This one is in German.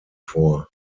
vor